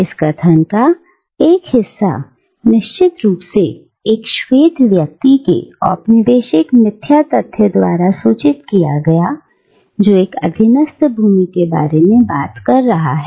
इस कथन का एक हिस्सा निश्चित रूप से एक श्वेत व्यक्ति के औपनिवेशिक मिथ्या तथ्य द्वारा सूचित किया गया है जो एक अधीनस्थ भूमि के बारे में बात कर रहा है